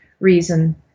reason